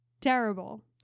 terrible